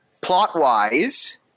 Plot-wise